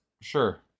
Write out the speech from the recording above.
sure